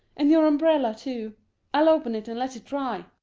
and your umbrella, too i'll open it and let it dry.